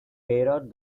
pierrot